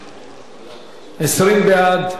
20 בעד, אין מתנגדים, אין נמנעים.